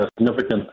significant